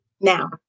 now